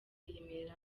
yiyemerera